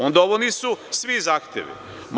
Onda ovo nisu svi zahtevi.